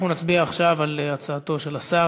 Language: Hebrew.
אנחנו נצביע עכשיו על הצעתו של סגן השר